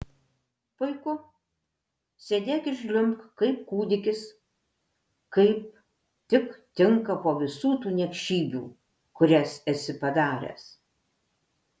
puiku sėdėk ir žliumbk kaip kūdikis kaip tik tinka po visų tų niekšybių kurias esi padaręs